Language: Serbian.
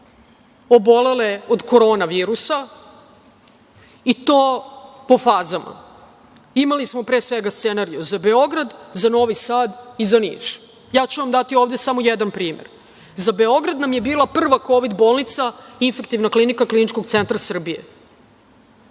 obolele kod koronavirusa, i to po fazama. Imali smo, pre svega, scenario za Beograd, za Novi Sad i za Niš. Ja ću vam dati ovde samo jedan primer.Za Beograd nam je bila prva kovid bolnica Infektivna klinika Kliničkog centra Srbije.